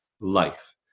life